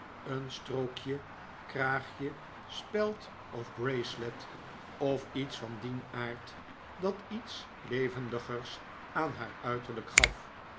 een strookje kraagje speld of bracelet of iets van dien aard dat iets levendigers aan haar uiterlijk gaf